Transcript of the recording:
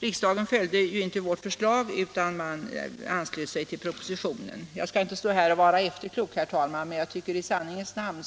Riksdagen följde inte vårt förslag utan anslöt sig till propositionen när det gäller avskaffande av bestämmelserna i tryckfrihetsförordningen och brottsbalken om sårande av tukt och sedlighet. Jag skall inte stå här och vara efterklok, herr talman, men i sanningens namn